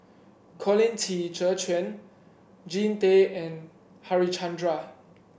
Colin Qi Zhe Quan Jean Tay and Harichandra